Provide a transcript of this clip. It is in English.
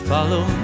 Follow